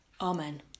Amen